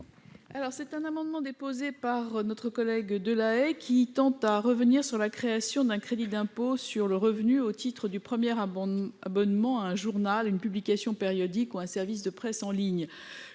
Cet amendement, déposé par mon collègue Vincent Delahaye, tend à revenir sur la création d'un crédit d'impôt sur le revenu au titre du premier abonnement à un journal, à une publication périodique, ou à un service de presse en ligne.